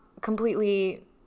completely